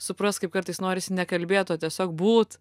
suprast kaip kartais norisi nekalbėt o tiesiog būt